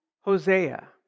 Hosea